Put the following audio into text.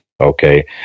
Okay